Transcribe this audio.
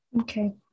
Okay